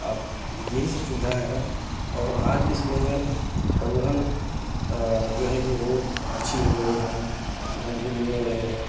आप यही सब सुविधाऍं हैं और आज के समय में परिवहन जो है ये रोड अच्छी हो गई हैं साधन भी मिलने लगे हैं